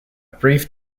brief